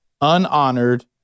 unhonored